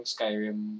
Skyrim